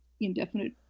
indefinite